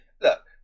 look